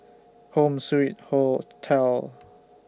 Home Suite Hotel